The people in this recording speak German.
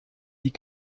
die